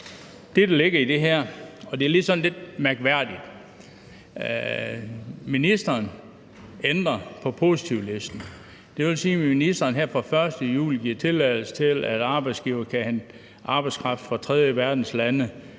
Det, der ligger i det her – og det er sådan lidt mærkværdigt – er, at ministeren ændrer på positivlisten. Det vil sige, at ministeren her fra den 1. juli giver tilladelse til, at arbejdsgivere kan hente arbejdskraft fra tredjeverdenslande.